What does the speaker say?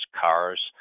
cars